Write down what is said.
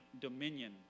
dominion